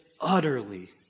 utterly